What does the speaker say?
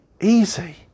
easy